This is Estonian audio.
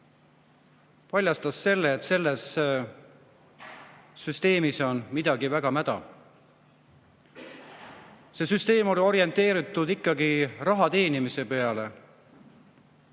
paljastas selle, et selles süsteemis on midagi väga mäda. See süsteem oli orienteeritud ikkagi raha teenimisele,